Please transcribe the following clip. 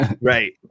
right